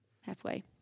halfway